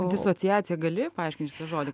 disociacija gali paaiškint žodį